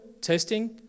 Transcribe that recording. testing